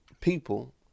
people